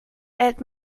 erhält